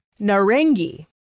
narengi